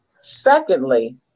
Secondly